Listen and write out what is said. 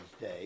Day